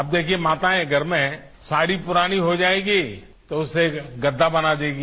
अब देखिए माताएं घर में साड़ी पुरानी हो जाएगी तो उससे गद्दा बना लेंगी